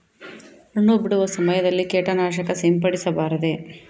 ಹಣ್ಣು ಬಿಡುವ ಸಮಯದಲ್ಲಿ ಕೇಟನಾಶಕ ಸಿಂಪಡಿಸಬಾರದೆ?